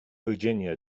virginia